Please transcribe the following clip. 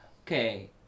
Okay